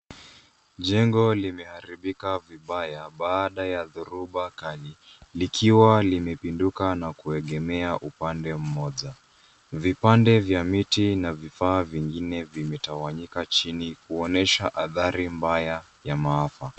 Jengo limeharibika vibaya, baada ya dhoruba kali, likiwa limependuka na kuegemea upande mmoja. Vipande vya miti na vifaa vingine vimetawanyika chini kuonyesha athari mbaya ya maafa.